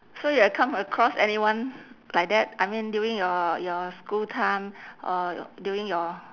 so you have come across anyone like that I mean during your your school time or during your